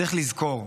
צריך לזכור: